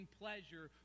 pleasure